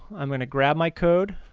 i'm going to grab my code